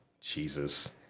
Jesus